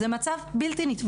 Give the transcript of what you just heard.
זה מצב בלתי נתפס.